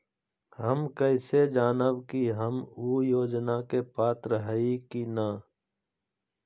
हम कैसे जानब की हम ऊ योजना के पात्र हई की न?